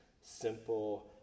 simple